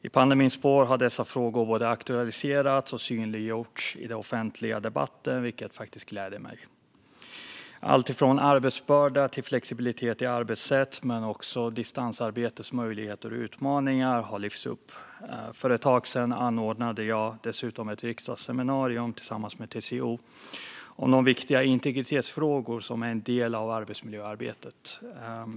I pandemins spår har dessa frågor både aktualiserats och synliggjorts i den offentliga debatten, vilket gläder mig. Alltifrån arbetsbörda till flexibilitet i arbetssätt samt distansarbetets möjligheter och utmaningar har lyfts upp. För ett tag sedan anordnade jag dessutom ett riksdagsseminarium tillsammans med TCO om de viktiga integritetsfrågor som är en del av arbetsmiljöarbetet.